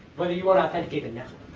whether you want to authenticate the network.